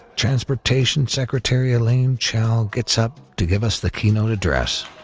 transportation secretary elaine chao gets up to give us the keynote address.